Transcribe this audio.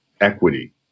equity